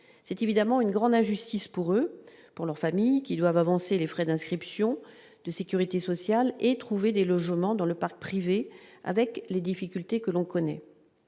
c'est évidemment une grande injustice pour eux et pour leurs familles qui doivent avancer les frais d'inscription de Sécurité sociale et trouver des logements dans le parc privé, avec les difficultés que l'on connaît,